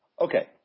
okay